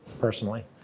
personally